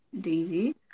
daisy